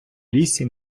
лісі